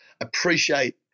appreciate